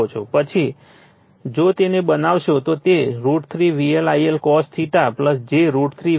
પછી જો તેને બનાવશો તો તે √ 3 VL I L cos j √ 3 VL I L sin હશે